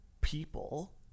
people